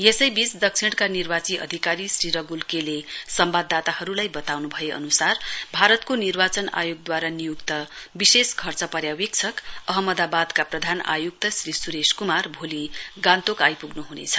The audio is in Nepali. यसैबीच दक्षिणका निर्वाची अधिकारी श्री रगुल के ले सम्वाददाताहरुलाई वताउनु भए अनुसार भारतको निर्वाचन आयोगद्वारा नियुक्त विशेष खर्च पर्यावेक्षक अहमदावादका प्रधान आयुक्त श्री सुरेश कुमार भोलि गान्तोक आइपुग्नु हुनेछ